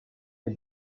est